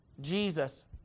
Jesus